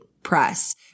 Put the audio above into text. press